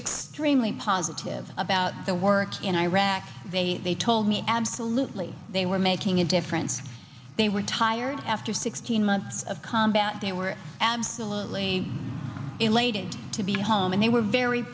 extremely positive about their work in iraq they told me absolutely they were making a difference they were tired after sixteen months of combat they were absolutely elated to be home and they were very